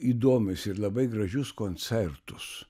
įdomius ir labai gražius koncertus